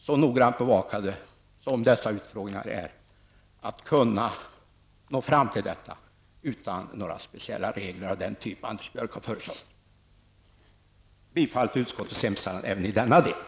Så noggrant bevakade som dessa utfrågningar är tror jag att vi kan komma fram till detta utan speciella regler av den typ Anders Björck har föreslagit. Jag yrkar även i denna del bifall till utskottets hemställan.